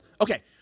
Okay